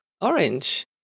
Orange